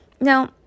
Now